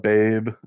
Babe